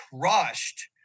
crushed